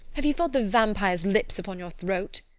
have you felt the vampire's lips upon your throat?